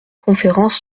conférence